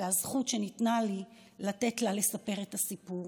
ניתנה לי הזכות לתת לה לספר את הסיפור.